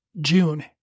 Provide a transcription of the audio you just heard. June